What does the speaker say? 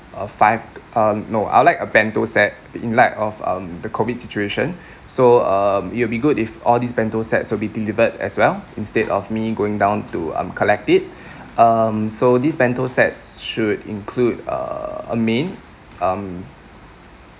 uh five uh no I'll like a bento set in light of um the COVID situation so um it will be good if all these bento sets will be delivered as well instead of me going down to um collect it um so these bento sets should include err a main um